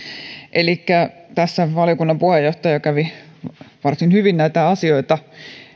elikkä valiokunnan puheenjohtaja kävi varsin hyvin näitä asioita